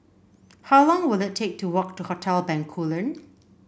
how long will it take to walk to Hotel Bencoolen